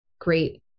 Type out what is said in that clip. great